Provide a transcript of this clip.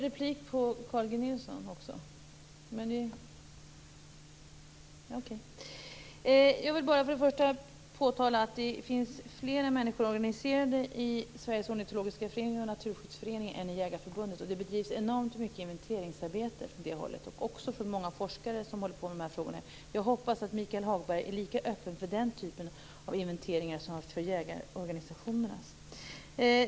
Herr talman! Jag vill till att börja med påtala att fler människor är organiserade i Sveriges ornitologiska förening och Naturskyddsföreningen än i Jägareförbundet. Det bedrivs enormt mycket inventeringsarbete från det hållet och även av många forskare som håller på med de här frågorna. Jag hoppas att Michael Hagberg är lika öppen för den typen av inventeringar som han är för jägarorganisationernas.